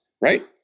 Right